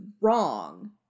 wrong